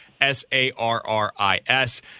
S-A-R-R-I-S